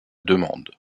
demande